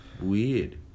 Weird